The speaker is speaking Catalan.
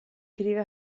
crida